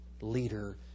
leader